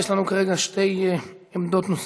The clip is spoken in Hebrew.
יש לנו כרגע שתי עמדות נוספות.